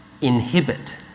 inhibit